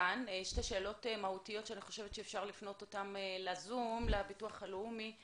כאן שתי שאלות מהותיות שאני חושבת שאפשר לפנות אותן לזום לביטוח הלאומי.